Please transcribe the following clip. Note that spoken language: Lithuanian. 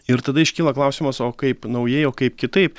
ir tada iškyla klausimas o kaip naujai o kaip kitaip